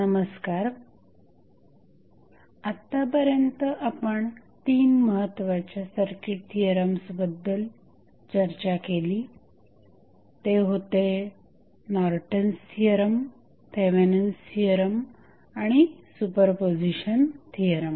नमस्कार आत्तापर्यंत आपण तीन महत्वाच्या सर्किट थिअरम्स बद्दल चर्चा केली ते होते नॉर्टन्स थिअरम थेवेनिन्स थिअरम आणि सुपरपोझिशन थिअरम